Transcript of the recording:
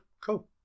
cool